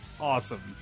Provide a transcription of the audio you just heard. awesome